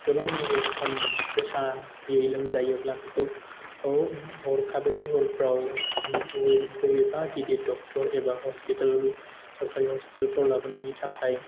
गोबां जखम गोसायै लोमजायोब्ला बेखौ हरखाबै हरफोराव बबेबा गिदिर डक्ट'र एबा हस्पिटाल सरखारि हस्पिटालफोराव लाबोनायनि थाखाय